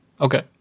Okay